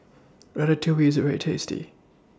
Ratatouille IS very tasty